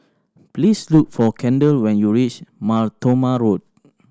please look for Kendall when you reach Mar Thoma Road